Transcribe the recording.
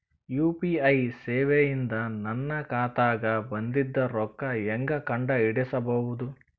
UPI ಸೇವೆ ಇಂದ ನನ್ನ ಖಾತಾಗ ಬಂದಿದ್ದ ರೊಕ್ಕ ಹೆಂಗ್ ಕಂಡ ಹಿಡಿಸಬಹುದು?